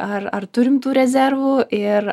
ar ar turim tų rezervų ir